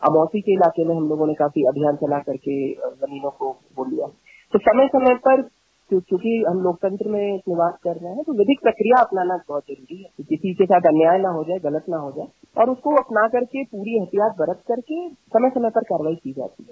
अब आपके इलाके में हम लोगों ने काफी अभियान चला करके गरीबों को समय समय पर चूंकि हम लोकतंत्र में निवास कर रहे तो विधिक प्रकिया अपनाना बहुत जरूरी है किसी के साथ अन्याय न हो जाये गलत न हो जाये और उनको अपना करके पूरी ऐहतियात बरत करके समय समय पर कार्रवाई की जाती है